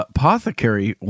Apothecary